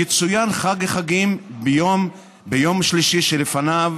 יצוין חג החגים ביום שלישי שלפניו,